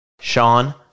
Sean